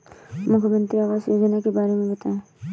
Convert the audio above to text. मुख्यमंत्री आवास योजना के बारे में बताए?